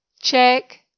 check